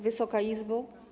Wysoka Izbo!